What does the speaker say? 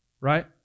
Right